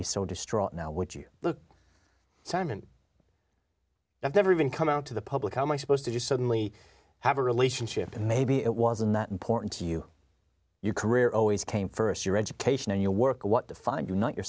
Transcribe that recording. be so distraught now would you look simon i've never even come out to the public how am i supposed to do suddenly have a relationship maybe it wasn't that important to you your career always came first your education and your work what defined you not your